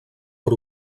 per